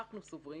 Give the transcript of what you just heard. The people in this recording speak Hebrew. אנחנו סוברים